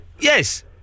Yes